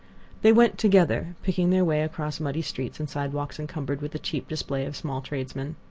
they went together, picking their way across muddy streets and sidewalks encumbered with the cheap display of small tradesmen.